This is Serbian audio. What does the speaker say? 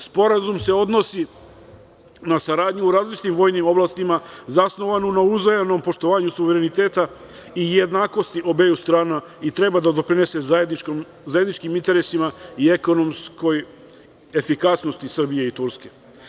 Sporazum se odnosi na saradnju u različitim vojnim oblastima zasnovanu na uzajamnom poštovanju suvereniteta i jednakosti obeju strana i treba da doprinese zajedničkim interesima i ekonomskoj efikasnosti Srbije i Turske.